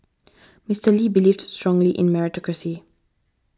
Mister Lee believed strongly in meritocracy